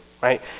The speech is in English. right